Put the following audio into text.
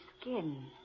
skin